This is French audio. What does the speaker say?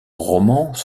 romans